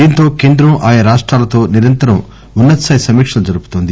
దీంతో కేంద్రం ఆయా రాష్టాలతో నిరంతరం ఉన్న తస్థాయి సమీక్షలు జరుపుతోంది